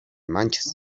manchas